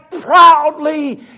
proudly